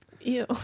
Ew